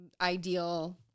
ideal